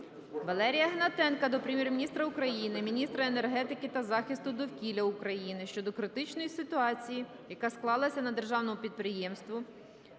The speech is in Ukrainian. Валерія Гнатенка до Прем'єр-міністра України, міністра енергетики та захисту довкілля України щодо критичної ситуації, яка склалася на державному підприємстві